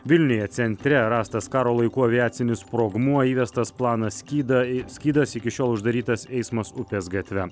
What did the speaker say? vilniuje centre rastas karo laikų aviacinis sprogmuo įvestas planas skydą skydas iki šiol uždarytas eismas upės gatve